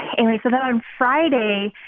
and so then on friday,